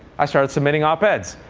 i started submitting op-eds.